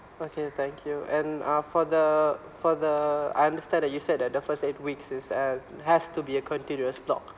okay thank you and uh for the for the I understand that you said that the first eight weeks is as has to be a continuous block